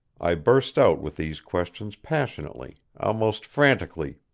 i burst out with these questions passionately, almost frantically.